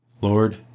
Lord